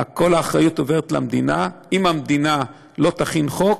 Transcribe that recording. כל האחריות עוברת למדינה, אם המדינה לא תכין חוק,